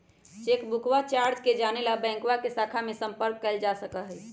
चेकबुकवा चार्ज के जाने ला बैंकवा के शाखा में संपर्क कइल जा सका हई